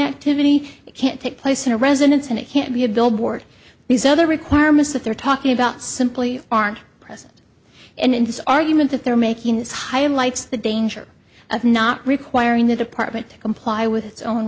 activity it can't take place in a residence and it can't be a billboard these other requirements that they're talking about simply aren't pressed and in this argument that they're making this highlights the danger of not requiring the department to comply with